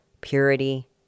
purity